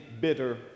bitter